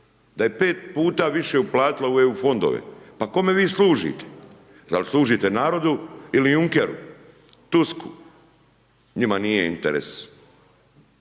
da je 5 puta više uplatila u EU fondove, pa kome vi služite, a li služite narodu ili Junkeru, Tusku, njima nije interes